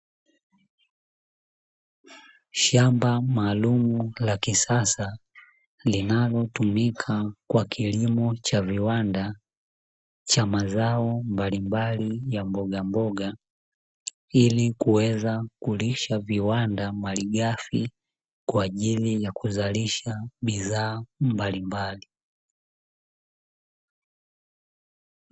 Shamba maalumu la kisasa linalotumika kwa kilimo cha viwanda cha mazao mbalimbali ya mbogamboga, ili kuweza kulisha viwanda malighafi kwa ajili ya kuzalisha bidhaa mbalimbali.